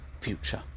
future